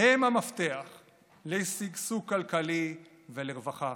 הם המפתח לשגשוג כלכלי ולרווחה.